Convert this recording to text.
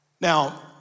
Now